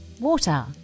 water